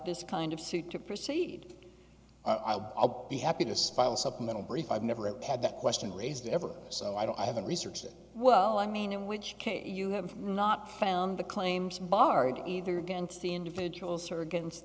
this kind of suit to proceed i'll be happy to spile supplemental brief i've never had that question raised ever so i haven't researched it well i mean in which case you have not found the claims bard either against the individuals or against